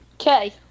Okay